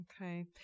Okay